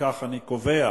אם כך, אני קובע